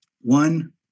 One